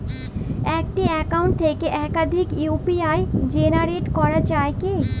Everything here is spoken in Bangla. একটি অ্যাকাউন্ট থেকে একাধিক ইউ.পি.আই জেনারেট করা যায় কি?